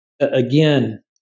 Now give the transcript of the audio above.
again